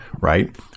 right